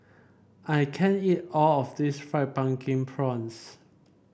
I can't eat all of this Fried Pumpkin Prawns